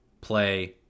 play